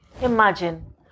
Imagine